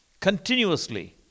Continuously